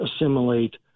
assimilate